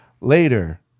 Later